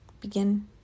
Begin